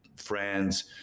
friends